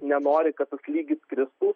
nenori kad tas lygis kristų